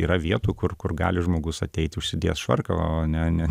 yra vietų kur kur gali žmogus ateiti užsidėjęs švarką o ne ne